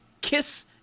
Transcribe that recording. Kiss